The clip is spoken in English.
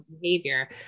behavior